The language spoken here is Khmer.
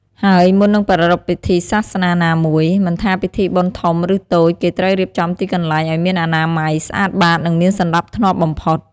ហើយមុននឹងប្រារព្ធពិធីសាសនាណាមួយ មិនថាពិធីបុណ្យធំ ឬតូច គេត្រូវរៀបចំទីកន្លែងឲ្យមានអនាម័យ ស្អាតបាត និងមានសណ្ដាប់ធ្នាប់បំផុត។